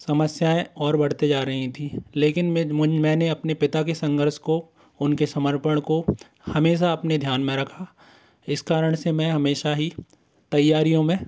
समस्याएँ और बढ़ते जा रहीं थी लेकिन मैं मैंने अपने पिता के संघर्ष को उनके समर्पण को हमेशा अपने ध्यान में रखा इस कारण से मैं हमेशा ही तैयारीयों में